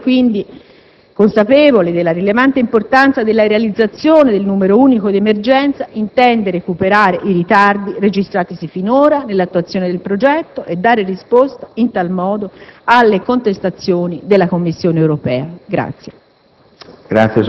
Il Governo, quindi, consapevole della rilevante importanza della realizzazione del numero unico di emergenza, intende recuperare i ritardi registratisi finora nell'attuazione del progetto e dare risposta, in tal modo, alle contestazioni della Commissione europea.